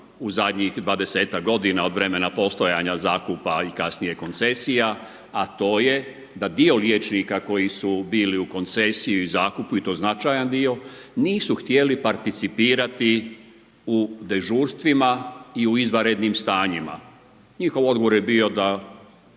u zadnjih 20-ak godina od vremena postojanja zakupa i kasnije koncesija a to je da dio liječnika koji su bili u koncesiji i zakupu i to značajan dio nisu htjeli participirati u dežurstvima i u izvanrednim stanjima. Njihov odgovor je bio da